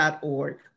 org